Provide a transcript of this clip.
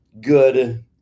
good